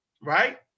right